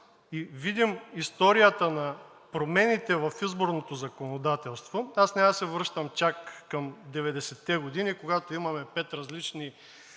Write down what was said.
и видим историята на промените в изборното законодателство, няма да се връщам чак към 90 те години, когато имаме пет различни